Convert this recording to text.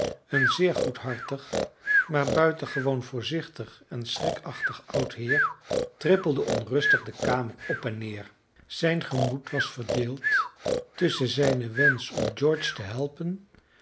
een zeer goedhartig maar buitengewoon voorzichtig en schrikachtig oud heer trippelde onrustig de kamer op en neer zijn gemoed was verdeeld tusschen zijnen wensch om george te helpen